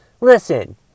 Listen